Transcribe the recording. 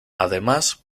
además